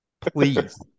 Please